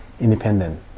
independent